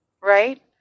right